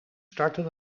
starten